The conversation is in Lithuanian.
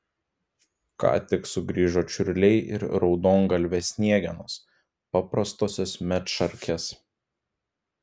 ką tik sugrįžo čiurliai ir raudongalvės sniegenos paprastosios medšarkės